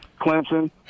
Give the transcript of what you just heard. Clemson